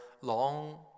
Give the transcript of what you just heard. long